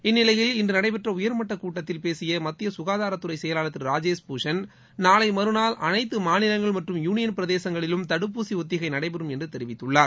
இந்நிலையில் இன்று நடைபெற்ற உயர்மட்டக் கூட்டத்தில் பேசிய மத்திய சுகாதாரத்துறை செயலாளர் திரு ராஜேஷ் பூஷன் நாளை மறுநாள் அனைத்து மாநிலங்கள் மற்றும் யூளியன் பிரதேசங்களில் தடுப்பூசி ஒத்திகை நடைபெறும் என்று தெரிவித்துள்ளார்